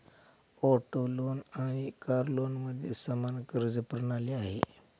auto loan आणि car लोनमध्ये समान कर्ज प्रणाली आहे